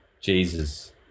Jesus